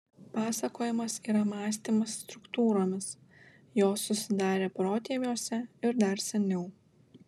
pasakojimas yra mąstymas struktūromis jos susidarė protėviuose ir dar seniau